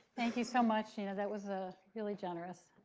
thank you so much, gina. that was ah really generous.